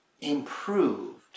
improved